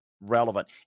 relevant